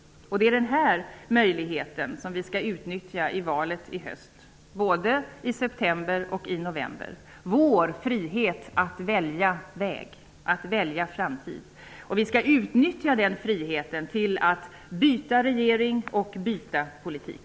Det är den här möjligheten som vi skall utnyttja i valen i höst -- både i september och i november. Det gäller vår frihet att välja väg och att välja framtid. Vi skall utnyttja den friheten till att byta regering och politik.